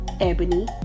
Ebony